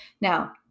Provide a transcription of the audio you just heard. Now